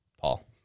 Paul